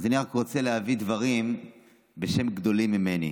אז אני רק רוצה להביא דברים בשם גדולים ממני.